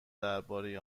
درباره